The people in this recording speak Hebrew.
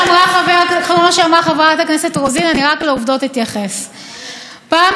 אני חושבת שאתם מנסים לשכנע את הציבור שבעצם אנחנו,